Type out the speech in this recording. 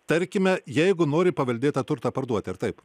tarkime jeigu nori paveldėtą turtą parduoti ar taip